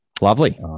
Lovely